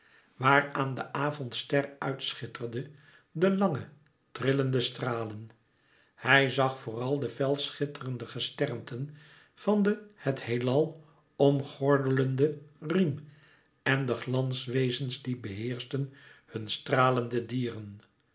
waar aan de avondster uit schitterde de lange trillende stralen hij zag vooral de fel schitterende gesternten van den het heelal omgordelenden riem en de glanswezens die beheerschten hun stralende dieren